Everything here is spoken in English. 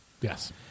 Yes